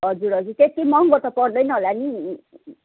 हजुर हजुर त्यति महँगो त पर्दैन होला नि